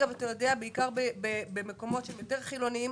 בעיקר במקומות שהם יותר חילוניים,